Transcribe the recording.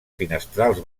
finestrals